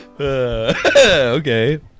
Okay